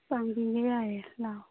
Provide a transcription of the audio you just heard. ꯄꯥꯡꯕꯤꯒꯦ ꯌꯥꯏꯌꯦ ꯂꯥꯛꯑꯣ